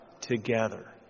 together